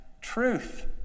truth